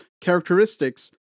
characteristics